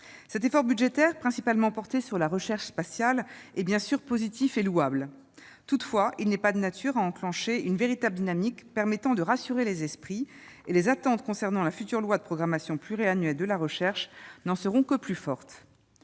Cet effort budgétaire, principalement porté sur la recherche spatiale, est bien sûr positif et louable. Toutefois, il n'est pas de nature à enclencher une véritable dynamique permettant de rassurer les esprits. Les attentes envers le futur projet de loi de programmation pluriannuelle de la recherche n'en seront que plus fortes.